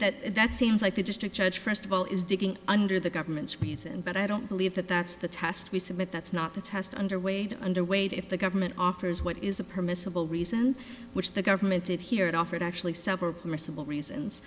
that that seems like the district judge first of all is digging under the government's reason but i don't believe that that's the test we submit that's not the test under way to underweight if the government offers what is a permissible reason which the government did here it offered actually several permissible reasons